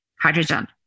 hydrogen